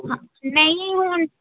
ਹ ਨਹੀਂ ਹੁਣ